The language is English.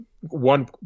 one